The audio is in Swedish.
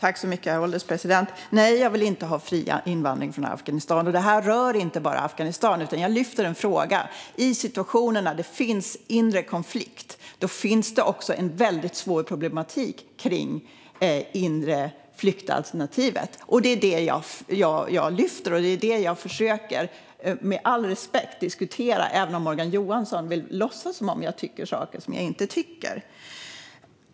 Herr ålderspresident! Nej, jag vill inte ha fri invandring från Afghanistan. Det här rör inte Afghanistan, utan jag lyfter en fråga som rör situationer när det råder inre konflikt. Då finns det en väldigt svår problematik kring inre flykt som alternativ. Det är det jag lyfter här, och det är det jag försöker diskutera, även om Morgan Johansson vill låtsas som om jag tycker saker som jag inte tycker.